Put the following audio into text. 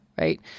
right